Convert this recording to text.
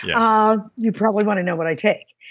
yeah you probably want to know what i take.